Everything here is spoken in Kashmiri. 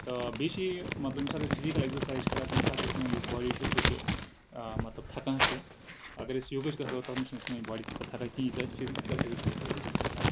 تہٕ بیٚیہِ چھِ یہِ مطلب ییٚمہِ ساتہٕ أسۍ فِزِیکل اٮ۪کزارسایز چھِ کران تَمہِ ساتہٕ چھِ سٲنۍ یۄس باڈی چھِ سۄ چھِ مطلب تھکان چھِ اَگر أسۍ یوگا چھِ کران تَتھ منٛز چھےٚ نہٕ سٲنۍ باڑی تھکان کِہینۍ یژھ اَسہِ اٮ۪کزارسایز سۭتۍ چھےٚ تھکان